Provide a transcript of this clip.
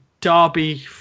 Derby